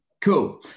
Cool